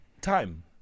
time